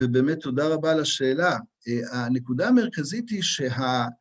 ובאמת תודה רבה על השאלה, הנקודה המרכזית היא שה...